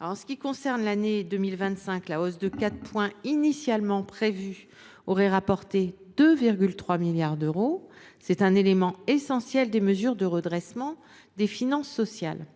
En ce qui concerne l’année 2025, la hausse de 4 points initialement prévue aurait rapporté 2,3 milliards d’euros. C’est un élément essentiel de l’effort de redressement des finances sociales.